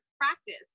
practice